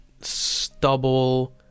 stubble